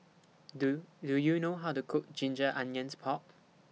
Do Do YOU know How to Cook Ginger Onions Pork